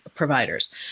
providers